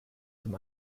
zum